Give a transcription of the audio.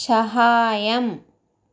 సహాయం